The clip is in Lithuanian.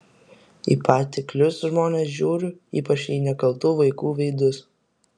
į patiklius žmones žiūriu ypač į nekaltų vaikų veidus